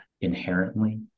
inherently